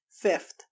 Fifth